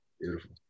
Beautiful